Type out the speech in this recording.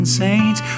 saints